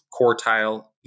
quartile